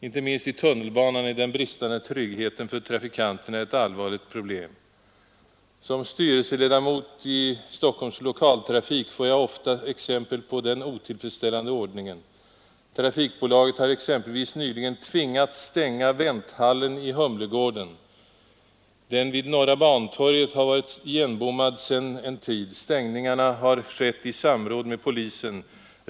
Inte minst i tunnelbanan är den bristande tryggheten för trafikanterna ett allvarligt problem. Som styrelseledamot i AB Stockholms Lokaltrafik får jag ofta exempel på den otillfredsställande ordningen. Trafikbolaget har exempelvis nyligen tvingats stänga vänthallen i Humlegården. Den vid Norra Bantorget har varit igenbommad sedan en tid. Stängningarna har skett i samråd med polisen.